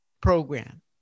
program